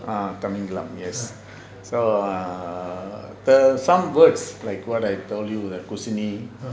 ah Tamingalam yes so err there are some words like what I tell you like குசுனி:kusuni